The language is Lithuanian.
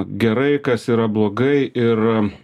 gerai kas yra blogai ir